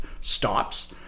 stops